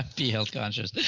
be health conscious.